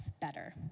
better